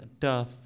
tough